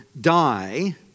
die